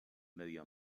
medio